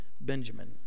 Benjamin